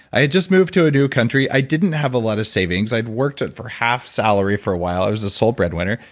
i had just moved to a new country i didn't have a lot of savings. i had worked at for half salary for a while, i was the sole breadwinner.